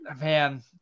man